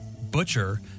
butcher